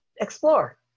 explore